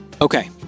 okay